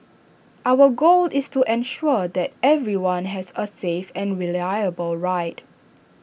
our goal is to ensure that everyone has A safe and reliable ride